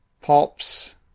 Pops